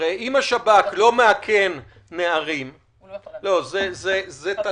הרי אם השב"כ לא מאכן נערים זאת שאלה